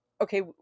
okay